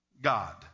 God